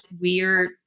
weird